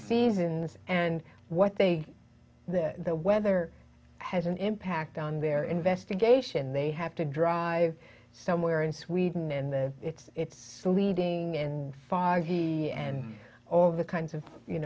seasons and what they do that the weather has an impact on their investigation they have to drive somewhere in sweden and then it's leading and foggy and all the kinds of you